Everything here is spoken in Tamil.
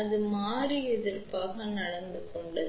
அது மாறி எதிர்ப்பாக நடந்து கொண்டது